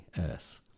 Earth